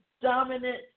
dominant